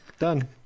Done